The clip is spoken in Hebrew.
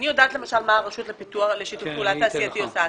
אני יודעת למשל מה הרשות לשיתוף פעולה תעשייתי עושה.